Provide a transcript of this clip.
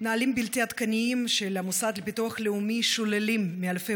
נהלים בלתי עדכניים של המוסד לביטוח לאומי שוללים מאלפי